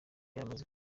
yaramaze